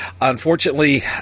unfortunately